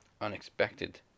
unexpected